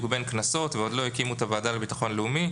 בין כנסות ועוד לא הקימו את הוועדה לביטחון לאומי.